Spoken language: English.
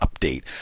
update